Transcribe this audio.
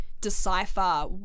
decipher